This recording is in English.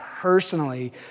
personally